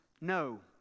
no